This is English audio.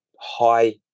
high